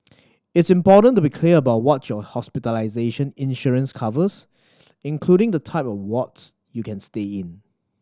it's important to be clear about what your hospitalization insurance covers including the type of wards you can stay in